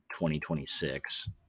2026